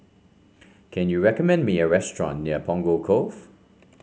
can you recommend me a restaurant near Punggol Cove